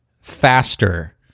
faster